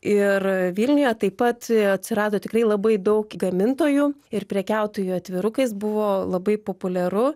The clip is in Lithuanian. ir vilniuje taip pat atsirado tikrai labai daug gamintojų ir prekiautojų atvirukais buvo labai populiaru